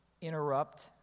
Interrupt